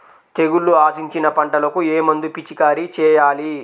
తెగుళ్లు ఆశించిన పంటలకు ఏ మందు పిచికారీ చేయాలి?